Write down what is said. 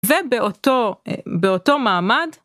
ובאותו, באותו מעמד,